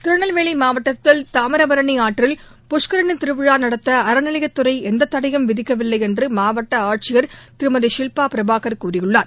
திருநெல்வேலி மாவட்டத்தில் தாமிரபரணி ஆற்றில் புஷ்கரனி திருவிழா நடத்த அறநிலையத் துறை எந்த தடையும் விதிக்கவில்லை என்று மாவட்ட ஆட்சியர் திருமதி ஷில்பா பிரபாகர் கூறியுள்ளார்